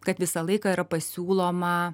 kad visą laiką yra pasiūloma